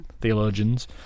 theologians